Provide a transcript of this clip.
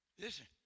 listen